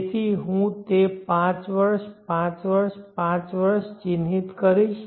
તેથી હું તે પાંચ વર્ષ પાંચ વર્ષ પાંચ વર્ષ ચિહ્નિત કરીશ